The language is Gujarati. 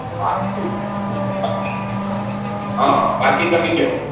હા હં બાકી તમે કહો